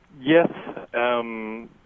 yes